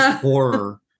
horror